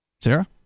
Sarah